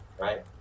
right